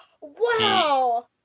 Wow